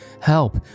help